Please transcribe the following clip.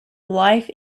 life